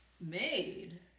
made